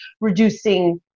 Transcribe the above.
reducing